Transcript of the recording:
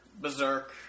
Berserk